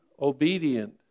obedient